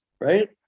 right